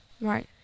Right